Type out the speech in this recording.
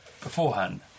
beforehand